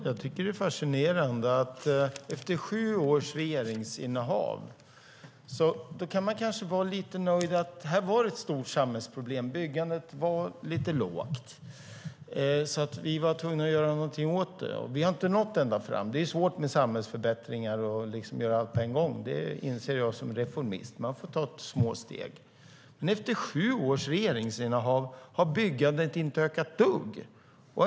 Fru talman! Det här är fascinerande. Efter sju års regeringsinnehav kan man kanske vara lite nöjd med att konstatera att det fanns ett stort samhällsproblem och byggandet var lite lågt. Något måste göras åt det, och vi har inte nått ända fram. Det är svårt med samhällsförbättringar och att göra allt på en gång. Det inser jag som är reformist. Man får ta små steg. Men efter sju års regeringsinnehav har byggandet inte ökat ett dugg.